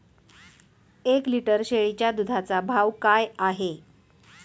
एक लिटर शेळीच्या दुधाचा भाव काय आहे?